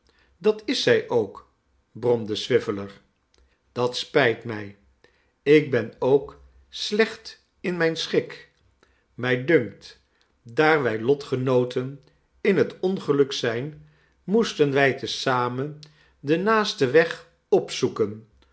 dat is zij ook bromde swiveller dat spijt mij ik ben ook slecht in mijn schik mij dunkt daar wij lotgenooten in het ongeluk zijn moesten wij te zamen den naasten weg opzoeken